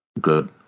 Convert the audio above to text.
good